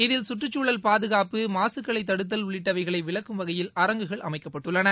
இதில் சுற்றுச்சூழல் பாதுகாப்பு மாசுகளை தடுத்தல் உள்ளிட்டவைகளை விளக்கும் வகையில் அரங்குகள் அமைக்கப்பட்டுள்ளன